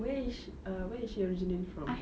where is she uh where is she originated from